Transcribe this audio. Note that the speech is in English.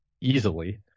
easily